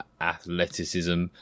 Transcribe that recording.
athleticism